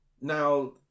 Now